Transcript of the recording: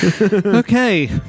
Okay